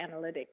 Analytics